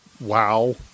wow